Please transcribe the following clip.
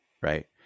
right